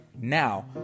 Now